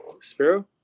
sparrow